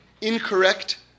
incorrect